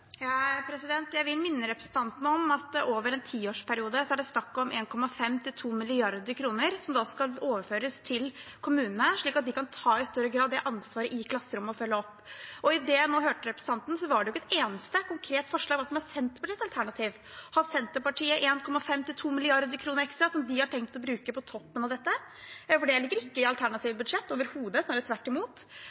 Jeg vil minne representanten om at over en tiårsperiode er det snakk om 1,5–2 mrd. kr som skal overføres til kommunene, slik at de i større grad kan ta det ansvaret i klasserommet og følge opp. I det man hørte fra representanten, var det ikke et eneste konkret forslag – hva som er Senterpartiets alternativ. Har Senterpartiet 1,5–2 mrd. kr ekstra som de har tenkt å bruke på toppen av dette? Det ligger ikke i deres alternative budsjett overhodet, snarere tvert imot.